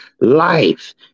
life